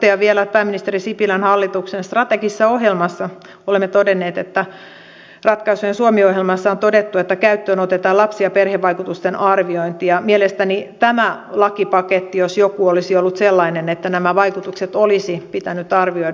ja totean vielä että pääministeri sipilän hallituksen strategisessa ohjelmassa olemme todenneet että ratkaisujen suomi ohjelmassa on todettu että käyttöön otetaan lapsi ja perhevaikutusten arviointi ja mielestäni tämä lakipaketti jos mikä olisi ollut sellainen että nämä vaikutukset olisi pitänyt arvioida